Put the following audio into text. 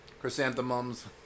chrysanthemums